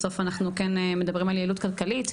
בסוף אנחנו כן מדברים על יעילות כלכלית,